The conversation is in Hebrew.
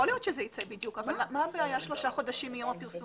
מה הבעיה לומר שלושה חודשים מיום הפרסום?